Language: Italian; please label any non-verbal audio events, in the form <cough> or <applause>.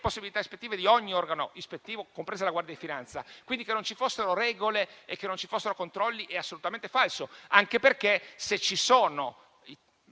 possibilità ispettive dell'Agenzia e di ogni organo ispettivo, compresa la Guardia di finanza. <applause> Che non ci fossero regole e che non ci fossero controlli è quindi assolutamente falso, anche perché, se ci sono